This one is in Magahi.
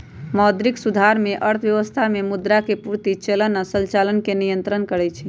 मौद्रिक सुधार में अर्थव्यवस्था में मुद्रा के पूर्ति, चलन आऽ संचालन के नियन्त्रण करइ छइ